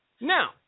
Now